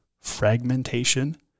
fragmentation